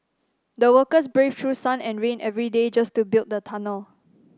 the workers braved through sun and rain every day just to build the tunnel